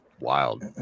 wild